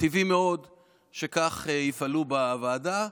טבעי מאוד שכך יפעלו בוועדה.